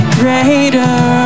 greater